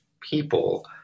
people